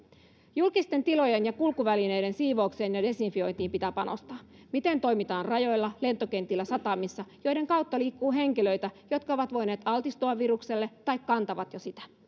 julkisten tilojen ja kulkuvälineiden siivoukseen ja desinfiointiin pitää panostaa miten toimitaan rajoilla lentokentillä ja satamissa joiden kautta liikkuu henkilöitä jotka ovat voineet altistua virukselle tai kantavat sitä jo